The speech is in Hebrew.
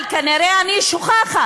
אבל אני כנראה שוכחת,